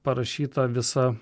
parašyta visa